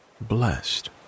blessed